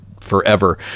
forever